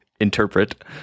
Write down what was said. interpret